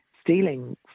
stealing